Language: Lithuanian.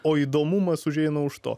o įdomumas užeina už to